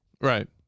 Right